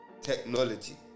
technology